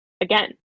again